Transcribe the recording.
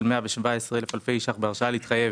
של 117,000 אלפי ₪ בהרשאה להתחייב